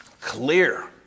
Clear